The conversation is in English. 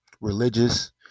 religious